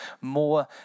more